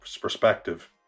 perspective